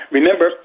Remember